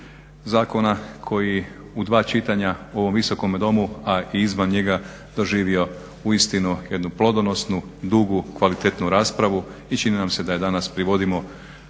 zakona koji u dva čitanja u ovom Visokome domu, a i izvan njega je doživio uistinu jednu plodonsnu, dugu, kvalitetnu raspravu i čini nam se da je danas privodimo